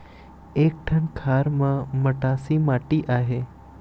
एक ठन खार म मटासी माटी आहे?